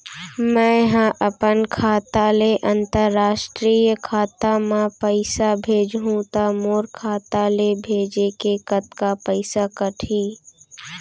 मै ह अपन खाता ले, अंतरराष्ट्रीय खाता मा पइसा भेजहु त मोर खाता ले, भेजे के कतका पइसा कटही?